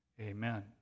amen